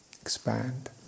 expand